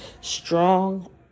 strong